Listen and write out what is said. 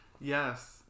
Yes